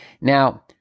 now